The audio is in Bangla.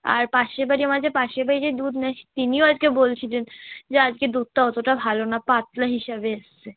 আর পাশের বাড়ি আমার যে পাশের বাড়ির যে দুধ নেয় তিনিও আজকে বলছিলেন যে আজকে দুধটা অতোটা ভালো না পাতলা হিসাবে এসছে